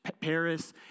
Paris